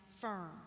firm